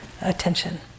attention